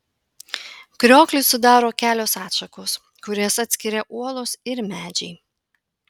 krioklį sudaro kelios atšakos kurias atskiria uolos ir medžiai